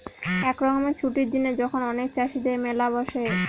এক রকমের ছুটির দিনে যখন অনেক চাষীদের মেলা বসে